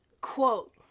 quote